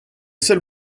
seul